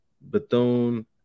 Bethune